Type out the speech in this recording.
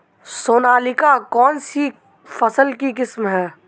सोनालिका कौनसी फसल की किस्म है?